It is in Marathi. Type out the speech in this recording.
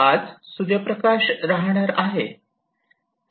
आज सूर्य प्रकाश राहणार आहे